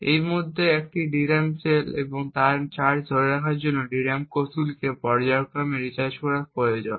এইভাবে একটি DRAM cell তার চার্জ ধরে রাখার জন্য DRAM কোষগুলিকে পর্যায়ক্রমে রিচার্জ করা প্রয়োজন